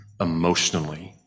emotionally